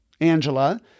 Angela